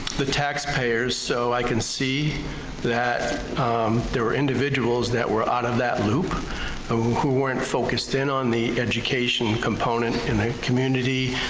the taxpayers so i can see that there were individuals that were out of that loop who who weren't focused in on the education component in the community,